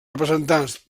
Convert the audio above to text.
representants